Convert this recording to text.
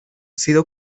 sido